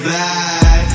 back